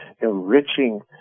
enriching